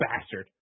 bastard